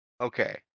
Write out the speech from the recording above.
Okay